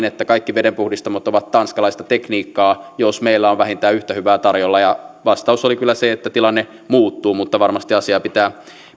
että kaikki vedenpuhdistamot ovat tanskalaista tekniikkaa jos meillä on vähintään yhtä hyvää tarjolla ja vastaus oli kyllä se että tilanne muuttuu mutta varmasti asiaa pitää